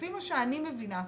לפי מה שאני מבינה,